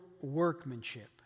workmanship